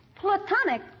Platonic